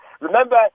Remember